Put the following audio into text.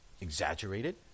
exaggerated